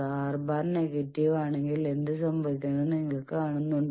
R⁻നെഗറ്റീവ് ആണെങ്കിൽ എന്ത് സംഭവിക്കുമെന്ന് നിങ്ങൾ കാണുന്നുണ്ടോ